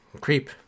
Creep